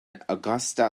augusta